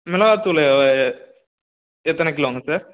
மிளகாத் தூள் எத்தனை கிலோங்க சார்